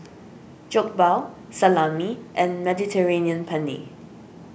Jokbal Salami and Mediterranean Penne